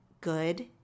good